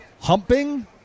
Humping